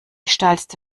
steilste